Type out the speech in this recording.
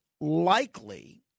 likely